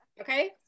Okay